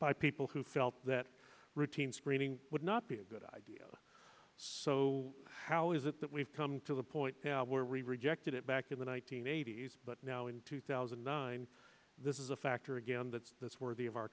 by people who felt that routine screening would not be a good idea so how is it that we've come to the point where we rejected it back in the one nine hundred eighty s but now in two thousand and nine this is a factor again that's that's worthy of our